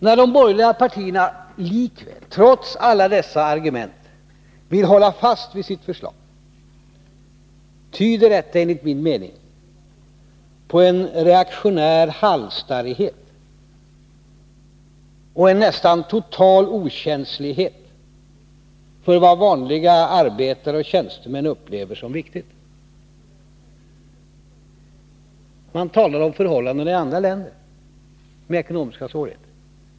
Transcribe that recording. När de borgerliga partierna likväl, trots alla dessa argument, vill hålla fast vid sitt förslag, tyder detta enligt min mening på en reaktionär halsstarrighet och en nästan total okänslighet för vad vanliga arbetare och tjänstemän upplever som viktigt. Man talar om förhållanden i andra länder med ekonomiska svårigheter.